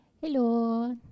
Hello